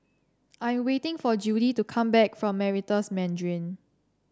I'm waiting for Judie to come back from Meritus Mandarin